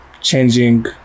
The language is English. changing